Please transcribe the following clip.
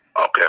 Okay